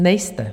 Nejste.